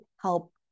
help